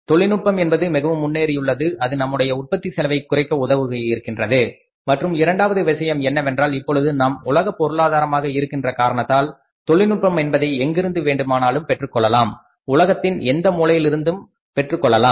தொழில்நுட்பம் என்பது மிகவும் முன்னேறியுள்ளது அது நம்முடைய உற்பத்தி செலவை குறைக்க உதவியிருக்கின்றது மற்றும் இரண்டாவது விஷயம் என்னவென்றால் இப்பொழுது நாம் உலக பொருளாதாரமாக இருக்கின்ற காரணத்தால் தொழில்நுட்பம் என்பதை எங்கிருந்து வேண்டுமானாலும் பெற்றுக் கொள்ளலாம் உலகத்தின் எந்த மூலையில் இருந்தும் பெற்றுக்கொள்ளலாம்